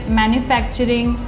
manufacturing